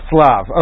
Slav